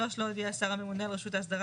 3. לא הודיע השר הממונה על רשות ההסדרה